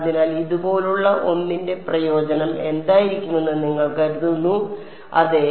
അതിനാൽ ഇതുപോലുള്ള ഒന്നിന്റെ പ്രയോജനം എന്തായിരിക്കുമെന്ന് നിങ്ങൾ കരുതുന്നു അതെ